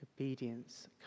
Obedience